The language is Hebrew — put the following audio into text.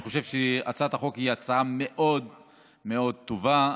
אני חושב שהיא הצעה מאוד מאוד טובה.